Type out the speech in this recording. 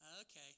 Okay